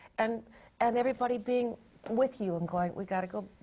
and and everybody being with you and quiet, we gotta go,